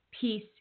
peace